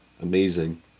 amazing